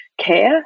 care